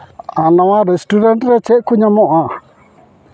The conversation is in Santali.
ᱟᱨ ᱱᱚᱣᱟ ᱨᱮᱥᱴᱩᱨᱮᱱᱴ ᱨᱮ ᱪᱮᱫ ᱠᱚ ᱧᱟᱢᱚᱜᱼᱟ